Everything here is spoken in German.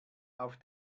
auf